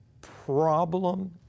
problem